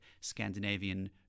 scandinavian